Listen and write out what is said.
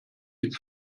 die